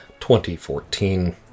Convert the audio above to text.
2014